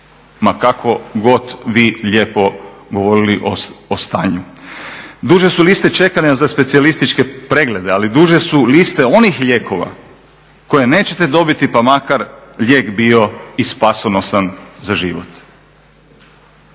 ma kako god vi lijepo govorili o stanju. Duže su liste čekanja za specijalističke preglede, ali duže su liste onih lijekova koje nećete dobiti pa makar lijek bio i spasonosan za život.